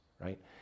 right